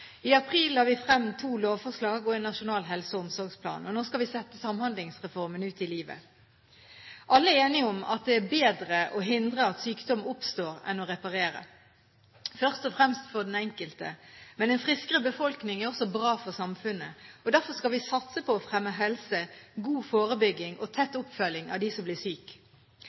I april la vi frem to lovforslag og en nasjonal helse- og omsorgsplan, og nå skal vi sette Samhandlingsreformen ut i livet. Alle er enige om at det er bedre å hindre at sykdom oppstår enn å reparere – først og fremst for den enkelte, men en friskere befolkning er også bra for samfunnet. Derfor skal vi satse på å fremme helse, god forebygging og tett oppfølging av dem som blir syke.